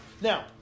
Now